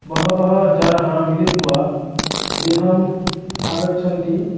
बहवः जनाः मिलित्वा गृहम् आगच्छन्ति